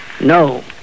No